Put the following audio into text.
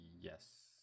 Yes